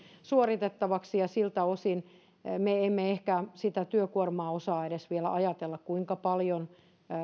suoritettavaksi ja siltä osin me emme ehkä sitä työkuormaa osaa edes vielä ajatella kuinka paljon